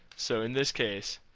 so, in this case,